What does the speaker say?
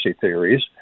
theories